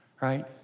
Right